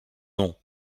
nom